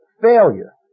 failure